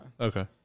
Okay